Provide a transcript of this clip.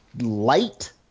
light